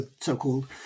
so-called